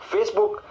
Facebook